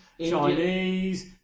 Chinese